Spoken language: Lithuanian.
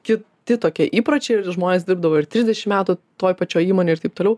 kiti tokie įpročiai ir žmonės dirbdavo ir trisdešimt metų toj pačioj įmonėj ir taip toliau